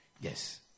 yes